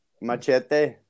Machete